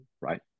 right